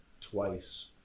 twice